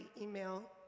email